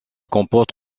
comporte